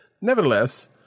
Nevertheless